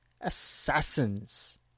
Assassins